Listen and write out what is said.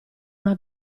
una